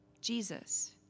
Jesus